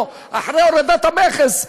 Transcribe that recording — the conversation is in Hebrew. פה אחרי הורדת המכס,